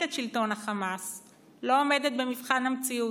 את שלטון החמאס לא עומדת במבחן המציאות.